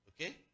Okay